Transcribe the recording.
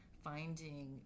finding